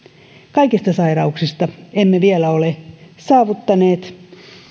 kaikista sairauksista emme vielä ole saavuttaneet